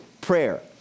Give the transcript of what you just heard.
prayer